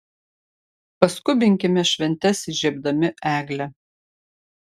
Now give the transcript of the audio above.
paskubinkime šventes įžiebdami eglę